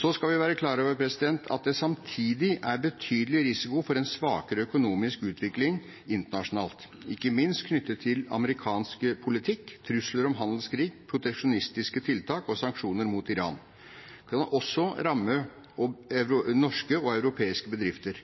Så skal vi være klar over at det samtidig er betydelig risiko for en svakere økonomisk utvikling internasjonalt, ikke minst knyttet til amerikansk politikk. Trusler om handelskrig, proteksjonistiske tiltak og sanksjoner mot Iran kan også ramme norske og europeiske bedrifter.